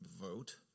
vote